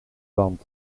land